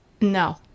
No